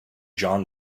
jon